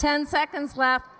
ten seconds left